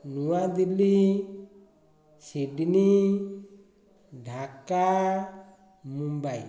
ନୂଆ ଦିଲ୍ଲୀ ସିଡନୀ ଢାକା ମୁମ୍ବାଇ